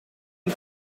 een